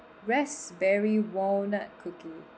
raspberry walnut cookie